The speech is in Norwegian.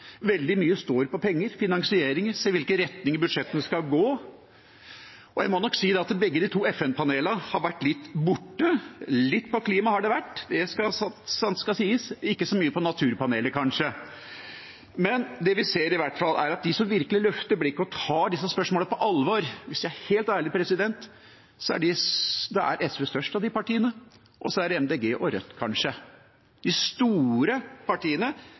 Veldig mye står på penger, finansieringer, hvilken retning budsjettene skal gå. Jeg må nok si at de to FN-panelene har vært litt borte. Litt på klima har det vært, når sant skal sies, men kanskje ikke så mye på FNs naturpanel. Men det vi ser, er i hvert fall at av de partiene som virkelig løfter blikket og tar disse spørsmålene på alvor, så er – hvis jeg er helt ærlig – SV størst, og så er det MDG og Rødt, kanskje. De store partiene